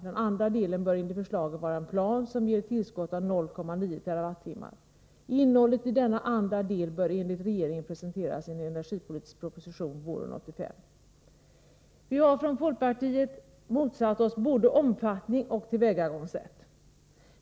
Den andra delen bör enligt förslaget vara en plan som ger ett tillskott av 0,9 TWh. Innehållet i denna andra del bör enligt regeringen presenteras i en energipolitisk proposition våren 1985. Vi har från folkpartiet motsatt oss både omfattning och tillvägagångssätt.